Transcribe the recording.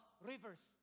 rivers